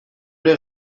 ere